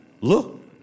look